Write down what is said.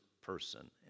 person